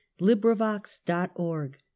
LibriVox.org